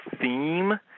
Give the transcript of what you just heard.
theme